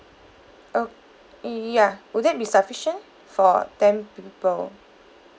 oh ya will that be sufficient for ten people